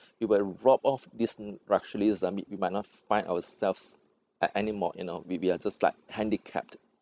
we were robbed of this we might not find ourselves a~ anymore you know we we are just like handicapped